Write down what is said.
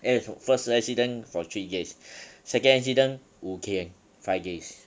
that was first accident for three days second incident 五天 five days